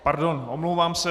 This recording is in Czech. Pardon, omlouvám se.